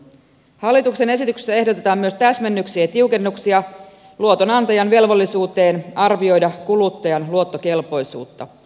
hallituksen esityksessä ehdotetaan myös täsmennyksiä ja tiukennuksia luotonantajan velvollisuuteen arvioida kuluttajan luottokelpoisuutta